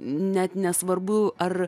net nesvarbu ar